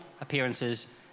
appearances